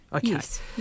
Yes